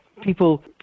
people